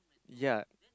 yea